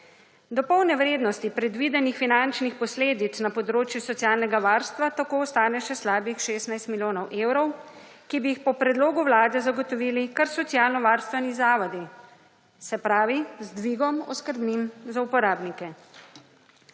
Do polne vrednosti predvidenih finančnih posledic na področju socialnega varstva tako ostane še slabih 16 milijonov evrov, ki bi jih po predlogu vlade zagotovili kar socialnovarstveni zavodi – se pravi z dvigom oskrbnin za uporabnike.